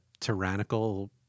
tyrannical